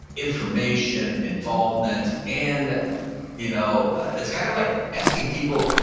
information, involvement. and you know it's kind of like asking people,